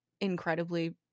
incredibly